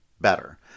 better